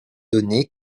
donné